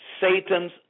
Satan's